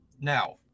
Now